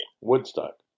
Woodstock